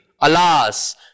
Alas